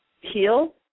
heal